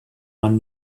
man